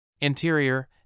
Interior